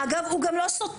אגב, הוא גם לא סותר.